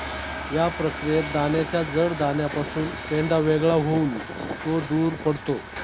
या प्रक्रियेत दाण्याच्या जड दाण्यापासून पेंढा वेगळा होऊन तो दूर पडतो